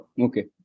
okay